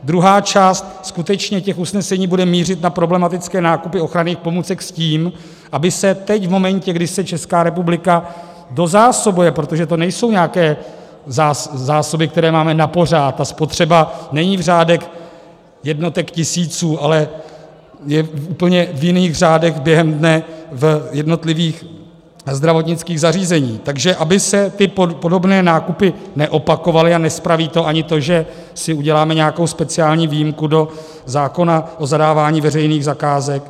Druhá část těch usnesení bude mířit na problematické nákupy ochranných pomůcek s tím, aby se teď, v momentě, kdy se Česká republika dozásobuje, protože to nejsou nějaké zásoby, které máme napořád, ta spotřeba není v řádech jednotek tisíců, ale je úplně v jiných řádech během dne v jednotlivých zdravotnických zařízeních, takže aby se podobné nákupy neopakovaly, a nespraví to ani to, že si uděláme nějakou speciální výjimku do zákona o zadávání veřejných zakázek.